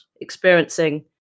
experiencing